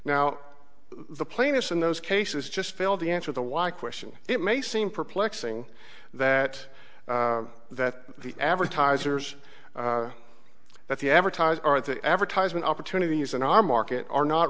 now the plaintiffs in those cases just failed to answer the why question it may seem perplexing that that the advertisers that the advertisers are the advertisement opportunities in our market are not